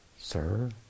sir